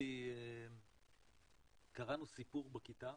קראנו סיפור בכיתה